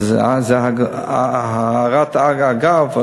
אז זו הערת אגב.